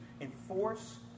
enforce